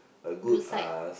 good side